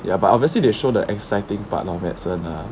ya but obviously they show the exciting part of medicine lah